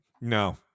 No